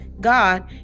God